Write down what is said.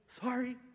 Sorry